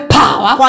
power